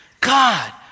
God